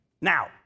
now